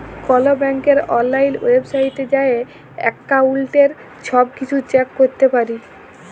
call ব্যাংকের অললাইল ওয়েবসাইটে যাঁয়ে এক্কাউল্টের ছব কিছু চ্যাক ক্যরতে পারি